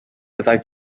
byddai